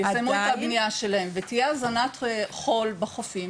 יסיימו את הבנייה שלהם ותהיה הזנת חול בחופים,